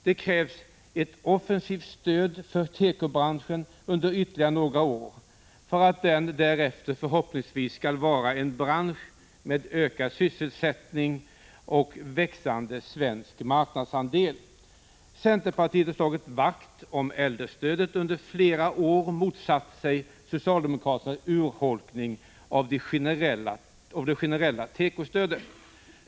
Det krävs ett offensivt stöd för tekobranschen under ytterligare några år, för att branschen därefter förhoppningsvis skall vara en bransch med ökad sysselsättning och växande svensk marknadsandel. Centerpartiet har slagit vakt om äldrestödet och under flera år motsatt sig socialdemokraternas urholkning av det generella tekostödet.